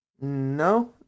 No